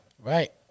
Right